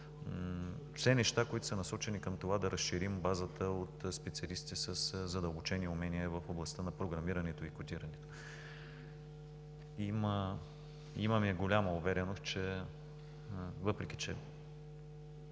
Все неща, които са насочени към това да разширим базата от специалисти със задълбочени умения в областта на програмирането и кодирането. Имаме голяма увереност, въпреки че,